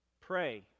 Pray